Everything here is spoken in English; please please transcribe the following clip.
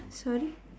sorry